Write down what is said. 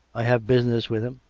i have business with him.